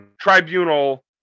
tribunal